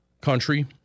country